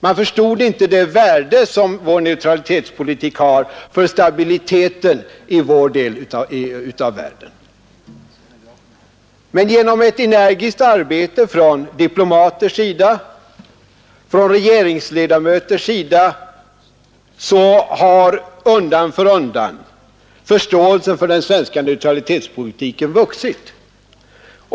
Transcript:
Man förstod inte det värde som vår neutralitetspolitik har för stabiliteten i vår del av världen. Men genom ett energiskt arbete från diplomaters och regeringsledamöters sida har undan för undan förståelsen för den svenska neutralitetspolitiken vuxit.